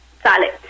salad